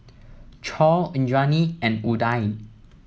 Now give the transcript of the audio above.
Choor Indranee and Udai